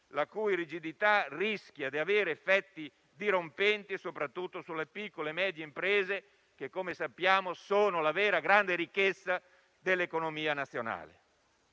la cui rigidità rischia di avere effetti dirompenti soprattutto sulle piccole e medie imprese, che - come sappiamo - sono la vera grande ricchezza dell'economia nazionale.